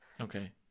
Okay